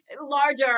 larger